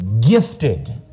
gifted